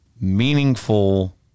meaningful